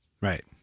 Right